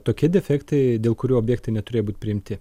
tokie defektai dėl kurių objektai neturėjo būt priimti